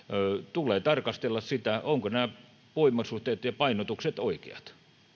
tulee tarkastella sitä ovatko nämä voimasuhteet ja painotukset oikeat